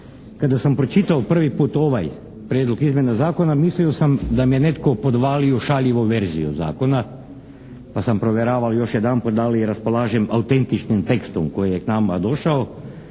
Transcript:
kada sam pročitao prvi put ovaj prijedlog izmjena zakona mislio sam da mi je netko podvalio šaljivu verziju zakona pa sam provjeravao još jedanput da li raspolažem autentičnim tekstom koji je k nama došao